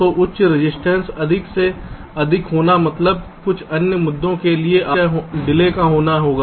तो उच्च रजिस्टेंस अधिक से अधिक होना मतलब कुछ अन्य मुद्दों के लिए RC डिले का होगा